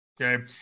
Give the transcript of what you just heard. okay